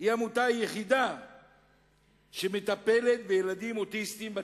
היא העמותה היחידה שמטפלת בילדים אוטיסטים בצפון,